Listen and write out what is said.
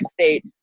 state